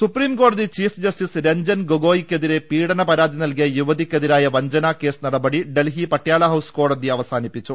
സുപ്രീംകോടതി chief justice Ranjan ഗോഗോയിക്കെതിരെ പീഡനപരാതി നൽകിയ യുവതിക്കെതിരായ വഞ്ചനാകേസ് നടപടി ഡൽഹി പട്യാല ഹൌസ് കോടതി അവസാനിപ്പിച്ചു